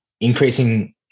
increasing